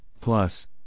Plus